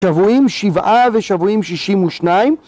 שבועים שבעה ושבועים שישים ושניים.